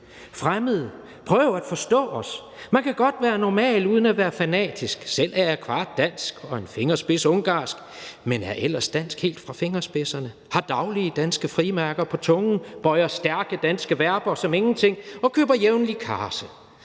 prøv at forstå os/man kan godt være normal uden at være fanatisk/selv er jeg kvart svensk (på bedstemødrene side)/og en fingerspids ungarsk (på min kones side)/men er ellers dansk helt fra fingerspidserne/har daglig danske frimærker på tungen/bøjer stærke danske verber som ingenting/og køber jævnlig